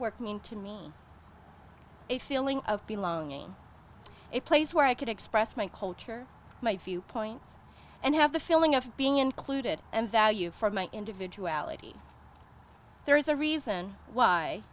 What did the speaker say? artwork mean to me a feeling of be loaning a place where i can express my culture my viewpoints and have the feeling of being included and value for my individuality there is a reason why